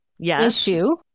issue